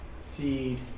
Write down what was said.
seed